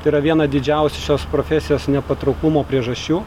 tai yra viena didžiausių šios profesijos nepatrauklumo priežasčių